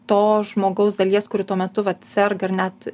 to žmogaus dalies kuri tuo metu vat serga ar net